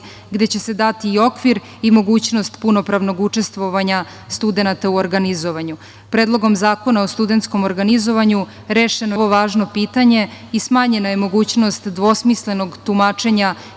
gde će se dati i okvir i mogućnost punopravnog učestvovanja studenata u organizovanju. Predlogom zakona o studenskom organizovanju rešeno je i ovo važno pitanje i smanjena je mogućnost dvosmislenog tumačenja